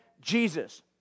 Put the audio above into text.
Jesus